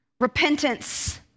repentance